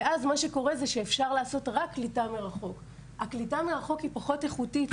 ואז אפשר לעשות רק קליטה מרחוק הקליטה מרחוק היא פחות איכותי,